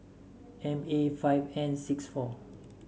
M A five N six four